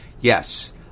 Yes